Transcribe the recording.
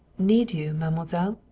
need you, mademoiselle?